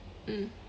mm